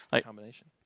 combination